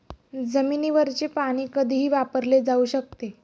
जमिनीवरचे पाणी कधीही वापरले जाऊ शकते